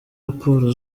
raporo